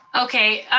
okay,